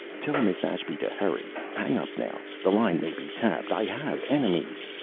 tell miss ashby to hurry. hang up now. the line may be tapped. i have enemies.